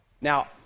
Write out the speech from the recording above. Now